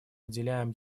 уделяем